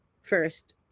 first